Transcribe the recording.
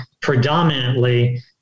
predominantly